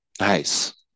Nice